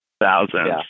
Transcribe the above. Thousands